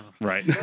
Right